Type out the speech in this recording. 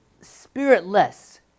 spiritless